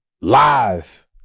Lies